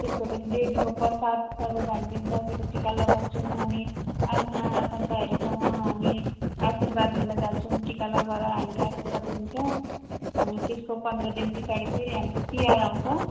त्यसको त देवीको प्रसादस्वरूप हामीले दसैँको टिका लगाउँछौँ अनि आफ्ना आफन्तहरूसँग हामी आशीर्वाद लिन जान्छौँ टिका लगाएर हामीले आशीर्वाद लिन्छौँ अनि त्यसको पन्ध्रदिन पछाडि फेरि हाम्रो तिहार आउँछ